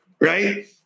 right